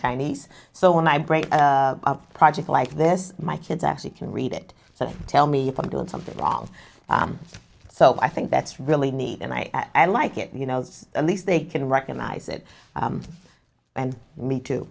chinese so when i break up project like this my kids actually can read it so they tell me if i'm doing something wrong so i think that's really neat and i i like it you know it's at least they can recognize it and me too